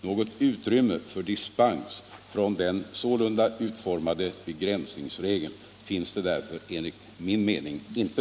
Något utrymme för dispens från den sålunda utformade begränsningsregeln finns det därför enligt min mening inte.